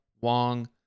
Wong